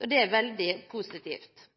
og det er veldig positivt.